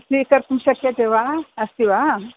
स्वीकर्तुं शक्यते वा अस्ति वा